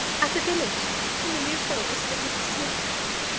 at the village in the new forest, at mrs. smith's house,